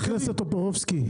חבר הכנסת טופורובסקי,